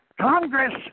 Congress